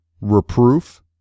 reproof